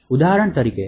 ઉદાહરણ તરીકે